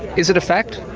is it a fact?